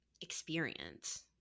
experience